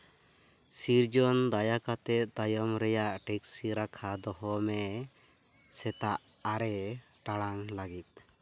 ᱥᱤᱨᱡᱚᱱ ᱫᱟᱭᱟ ᱠᱟᱛᱮᱫ ᱛᱟᱭᱚᱢ ᱨᱮᱭᱟᱜ ᱴᱮᱠᱥᱤ ᱨᱟᱠᱷᱟ ᱫᱚᱦᱚᱭ ᱥᱮᱛᱟᱜ ᱟᱨᱮ ᱴᱟᱲᱟᱝ ᱞᱟᱹᱜᱤᱫ